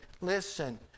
listen